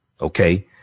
Okay